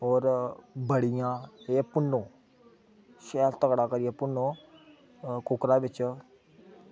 होर बड़ियां एह् भुन्नो शैल तगड़ा करियै भुन्नो कुक्करा बिच्च